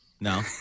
No